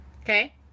Okay